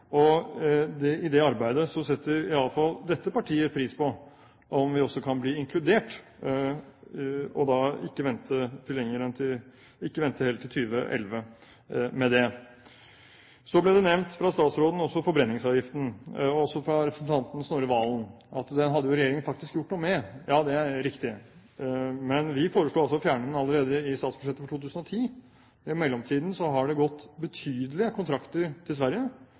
gjort. Og i det arbeidet setter iallfall dette partiet pris på om vi også kan bli inkludert, og at man ikke venter helt til 2011 med det. Så til forbrenningsavgiften. Det ble nevnt av statsråden, og også av representanten Snorre Serigstad Valen, at regjeringen faktisk hadde gjort noe med den. Ja, det er riktig. Men vi foreslo å fjerne den allerede i statsbudsjettet for 2010. I mellomtiden har det gått betydelige kontrakter til Sverige